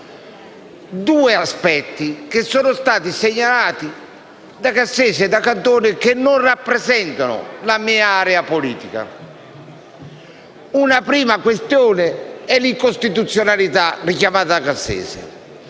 due aspetti segnalati da Cassese e Cantone, che non rappresentano la mia area politica. Una prima questione riguarda l'incostituzionalità, richiamata da Cassese.